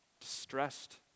Distressed